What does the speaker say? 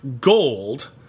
gold